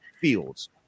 Fields